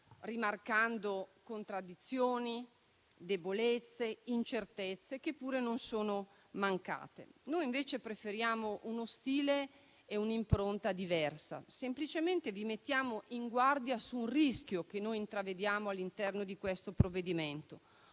rimarcando contraddizioni, debolezze e incertezze che pure non sono mancate. Noi invece preferiamo uno stile e un'impronta diversa. Semplicemente, vi mettiamo in guardia su un rischio che intravediamo all'interno di questo provvedimento,